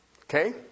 Okay